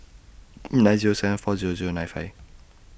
nine Zero seven four Zero Zero nine five